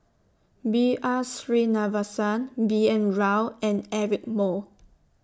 B R Sreenivasan B N Rao and Eric Moo